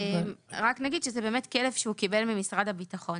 רק נגיד שזה באמת כלב שהוא קיבל ממשרד הביטחון.